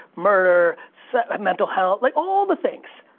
murder, so mental health, like all the things.